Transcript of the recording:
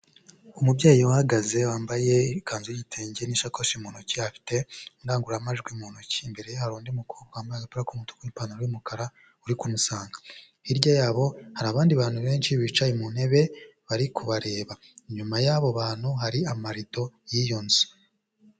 Umubyeyi uhagaze wambaye ikanzu y'igitenge n'ishakoshi mu ntoki, afite indangururamajwi mu ntoki, imbere ye hari undi mukobwa wambaye agapira k'umututu, n'ipantaro y'umukara uri kumusanga. Hirya yabo hari abandi bantu benshi bicaye mu ntebe bari kubareba, inyuma y'abo bantu hari amarido y'iyo nzu.